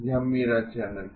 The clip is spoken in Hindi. यह मेरा चैनल है